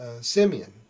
Simeon